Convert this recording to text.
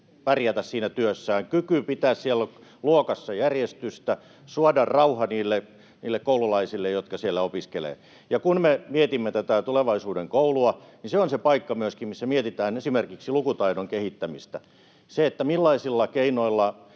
pärjätä siinä työssään, kyky pitää siellä luokassa järjestystä, suoda rauha niille koululaisille, jotka siellä opiskelevat. Ja kun me mietimme tätä tulevaisuuden koulua, niin se on myöskin se paikka, missä mietitään esimerkiksi lukutaidon kehittämistä. Se, millaisilla keinoilla